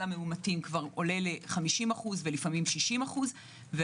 המאומתים עולה ל-50% ולפעמים 60% אחוז,